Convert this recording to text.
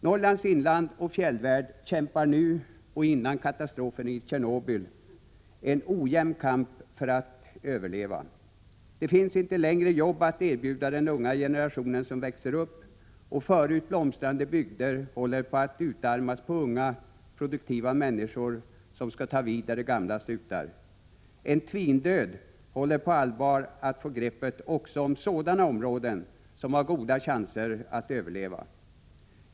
Norrlands inland och fjällvärld kämpar nu, och gjorde det innan katastrofen i Tjernobyl inträffade, en ojämn kamp för att överleva. Det finns inte längre jobb att erbjuda den unga generation som växer upp, och förut blomstrande bygder håller på att utarmas på unga, produktiva människor, som skulle ta vid när de gamla slutar. En tvindöd håller på allvar på att få greppet också om sådana områden som borde ha goda chanser att överleva.